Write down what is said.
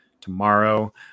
tomorrow